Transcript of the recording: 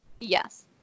Yes